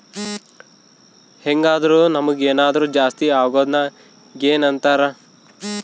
ಹೆಂಗಾದ್ರು ನಮುಗ್ ಏನಾದರು ಜಾಸ್ತಿ ಅಗೊದ್ನ ಗೇನ್ ಅಂತಾರ